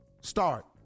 Start